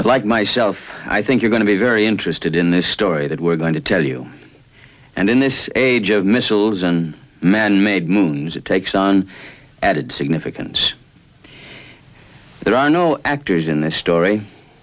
like myself i think you're going to be very interested in this story that we're going to tell you and in this age of missiles and manmade moons it takes on added significance there are no actors in this story